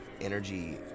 energy